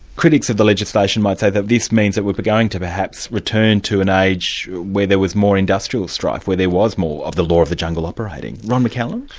critics of the legislation might say that this means that we're going to perhaps return to an age where there was more industrial strife, where there was more of the law of the jungle operating. ron mccallum?